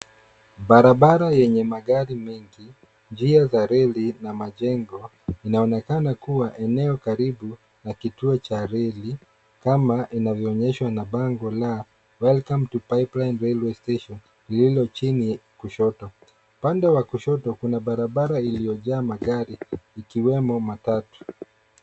Barabara yenye magari mengi, njia za reli na majengo inaonekana kuwa eneo karibu na kituo cha reli kama inavyoonyeshwa na bango la welcome to pipeline railway station lililo chini kushoto. Upande wa kushoto kuna barabara iliyojaa magari ikiwemo matatu.